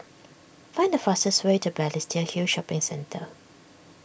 find the fastest way to Balestier Hill Shopping Centre